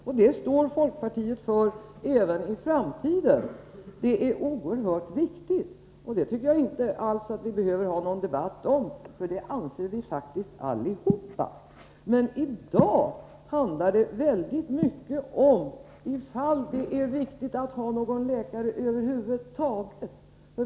Och det står folkpartiet för även i framtiden. Det är oerhört viktigt, och det tycker jag inte alls att vi behöver ha någon debatt om, för det anser vi faktiskt allihop. Men i dag handlar det väldigt mycket om ifall det är viktigt att ha någon läkare över huvud taget.